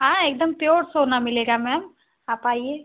हाँ एकदम प्योर सोना मिलेगा मैम आप आइए